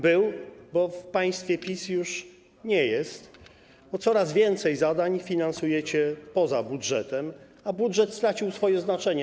Był, bo w państwie PiS już nie jest, bo coraz więcej zadań finansujecie poza budżetem, a budżet stracił swoje znaczenie.